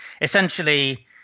essentially